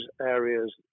areas